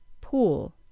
pool